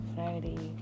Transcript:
Friday